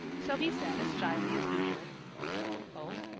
so he said as shyly as usual oh,